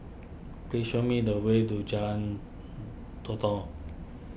please show me the way to Jalan Todak